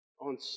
on